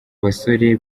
basore